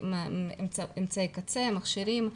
אמצעי קצה, מכשירים.